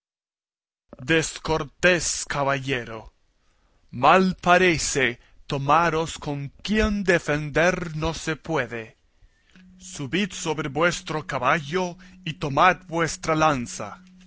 descortés caballero mal parece tomaros con quien defender no se puede subid sobre vuestro caballo y tomad vuestra lanza